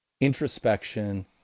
introspection